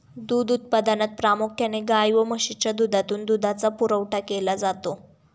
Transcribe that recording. दूध उत्पादनात प्रामुख्याने गाय व म्हशीच्या दुधातून दुधाचा पुरवठा केला जातो